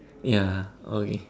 ya okay